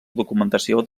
documentació